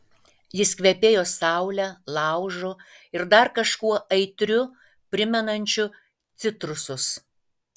jis kvepėjo saule laužu ir dar kažkuo aitriu primenančiu citrusus